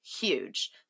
huge